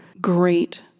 great